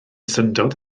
syndod